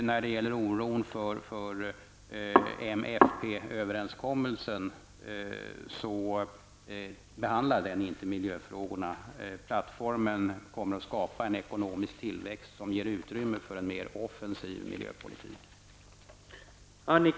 När det gäller oron för m--fp-överenskommelsen vill jag framhålla att den inte avser miljöfrågorna. Plattformen kommer att skapa en ekonomisk tillväxt som ger utrymme för en mer offensiv miljöpolitik.